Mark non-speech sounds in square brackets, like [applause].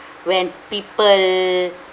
[breath] when people